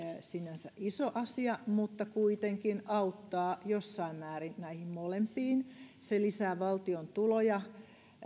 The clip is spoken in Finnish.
sinänsä mikään iso asia mutta kuitenkin auttaa jossain määrin näihin molempiin se lisää valtion tuloja